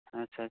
ᱟᱪᱪᱷᱟ